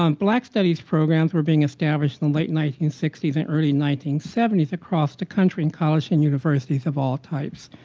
um black studies programs were being established in the late nineteen sixty s and early nineteen seventy s across the country in colleges and universities of all types.